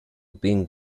bing